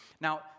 Now